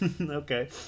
okay